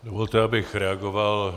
Dovolte, abych reagoval...